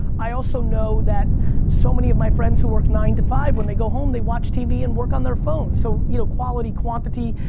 i also know that so many of my friends who work nine to five, when they go home, they watch tv and work on their phones. so you know quality quantity,